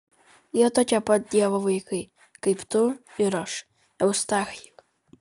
jie tokie pat dievo vaikai kaip tu ir aš eustachijau